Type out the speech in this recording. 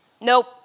nope